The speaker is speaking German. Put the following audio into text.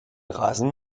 rasen